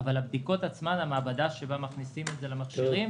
אבל המעבדה שבה מכניסים את הדגימה למכשירים